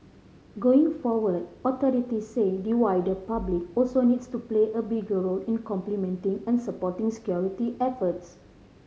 going forward authorities say the wider public also needs to play a bigger role in complementing and supporting security efforts